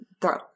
Throw